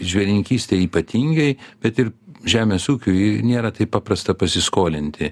žvėrininkystėj ypatingai bet ir žemės ūkiui nėra taip paprasta pasiskolinti